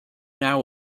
now